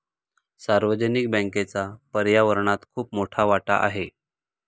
सार्वजनिक बँकेचा पर्यावरणात खूप मोठा वाटा आहे